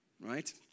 Right